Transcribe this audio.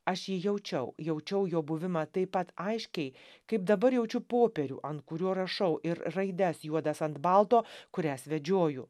aš jį jaučiau jaučiau jo buvimą taip pat aiškiai kaip dabar jaučiu popierių ant kurio rašau ir raides juodas ant balto kurias vedžioju